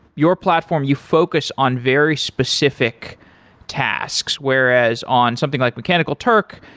your platform, you focus on very specific tasks, whereas on something like mechanical turk,